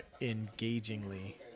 engagingly